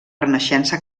renaixença